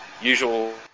usual